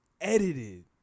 edited